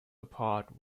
apart